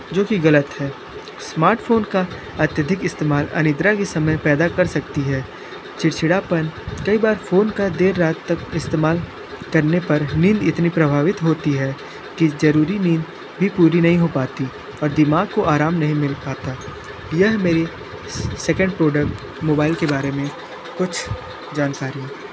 जोकि गलत है स्मार्टफ़ोन का अत्यधिक इस्तेमाल अनिद्रा की समस्याएँ पैदा कर सकती है चिड़चिड़ापन कई बार फोन का देर रात तक इस्तेमाल करने पर नींद इतनी प्रभावित होती है कि जरुरी नींद भी पूरी नहीं हो पाती दिमाग को आराम नहीं मिल पाता यह मेरे सेकंड प्रोडक्ट मोबाइल के बारे में कुछ जानकारी